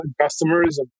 customers